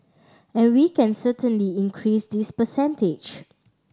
and we can certainly increase this percentage